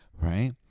right